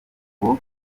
ngo